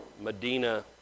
Medina